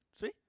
See